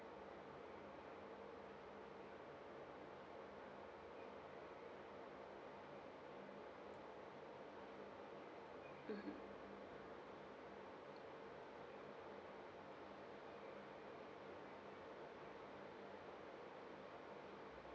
mmhmm